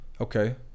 Okay